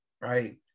right